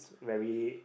very